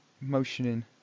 motioning